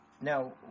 Now